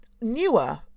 newer